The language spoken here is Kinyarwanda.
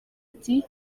ati